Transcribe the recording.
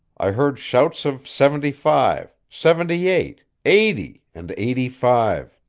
i heard shouts of seventy-five, seventy-eight, eighty and eighty-five.